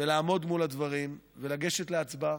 לעמוד מול הדברים ולגשת להצבעה,